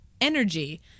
Energy